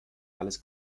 alles